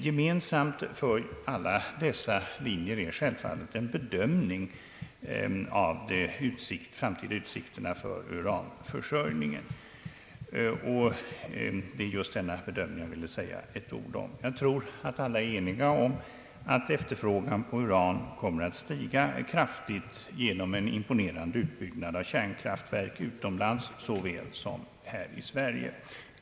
Gemensam för alla dessa linjer är självfallet en bedömning av de framtida utsikterna för uranförsörjningen. Det är just denna bedömning som jag ville beröra med några ord. Jag tror alla är eniga om att efterfrågan på uran kommer att stiga kraftigt genom en imponerande utbyggnad av kärnkraftverk såväl utomlands som här i Sverige.